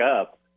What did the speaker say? up